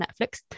Netflix